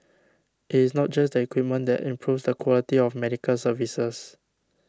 it is not just the equipment that improves the quality of medical services